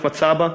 אחמד סבע,